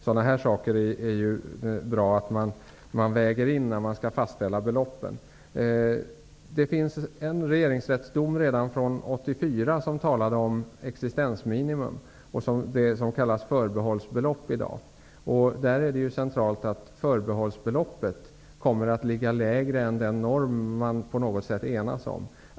Sådana här saker är det bra att man väger in när man skall fastställa beloppen. Det finns en regeringsrättsdom redan från 1984 som talar om existensminimum. Det är det som kallas förbehållsbelopp i dag. Där är det centralt att förbehållsbeloppet kommer att ligga lägre än den norm man på något sätt enas om.